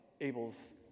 Abel's